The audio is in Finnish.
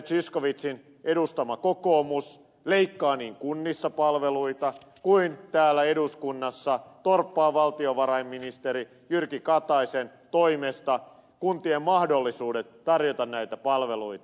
zyskowiczin edustama kokoomus sekä leikkaa kunnissa palveluita että täällä eduskunnassa torppaa valtiovarainministeri jyrki kataisen toimesta kuntien mahdollisuudet tarjota näitä palveluita